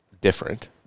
different